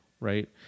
right